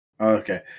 Okay